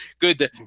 good